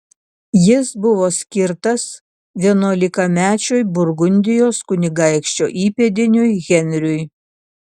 jis buvo skirtas vienuolikamečiui burgundijos kunigaikščio įpėdiniui henriui